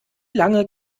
lange